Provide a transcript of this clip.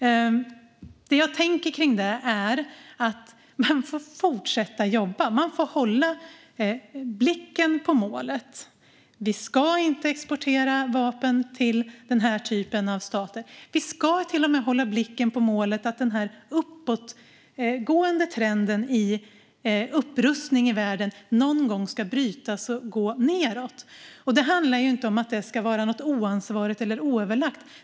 Det jag tänker kring detta är att man får fortsätta jobba. Man får hålla blicken på målet. Vi ska inte exportera vapen till den här typen av stater. Det handlar om att den uppåtgående trenden i fråga om upprustning i världen någon gång ska brytas och att det ska gå nedåt. Det handlar inte om att det ska vara något oansvarigt eller oöverlagt.